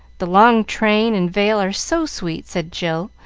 the long train and veil are so sweet, said jill,